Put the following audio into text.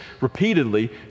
repeatedly